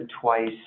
twice